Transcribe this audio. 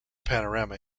panorama